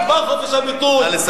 נגמר חופש הביטוי,